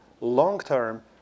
long-term